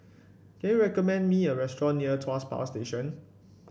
can you recommend me a restaurant near Tuas Power Station